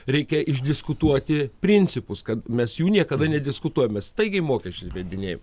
reikia išdiskutuoti principus kad mes jų niekada nediskutuojame staigiai mokesčius įvedinėjam